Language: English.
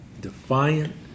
Defiant